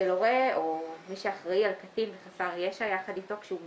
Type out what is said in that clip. הורה או מי שאחראי על קטין וחסר ישע יחד איתו כשהוא מאומת)